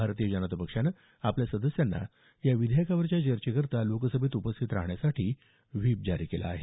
भारतीय जनता पक्षानं आपल्या सदस्यांना या विधेयकावरील चर्चेकरता लोकसभेत उपस्थित राहण्याबाबत व्हीप जारी केला आहे